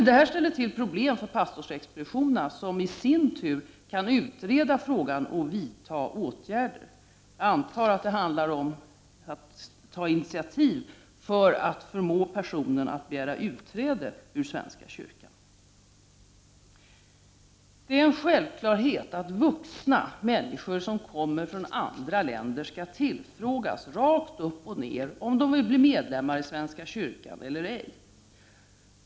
Detta ställer till problem förp: AA torsexpeditionerna som i sin tur kan utreda frågan och vidta åtgärder. Jag förmodar att det handlar om att ta initiativ för att förmå personerna att begära utträde ur svenska kyrkan. Det är en självklarhet att vuxna människor som kommer från andra länder skall tillfrågas rakt på sak om de vill bli medlemmar i svenska kyrkan eller ej.